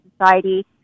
Society